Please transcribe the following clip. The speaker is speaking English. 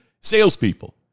salespeople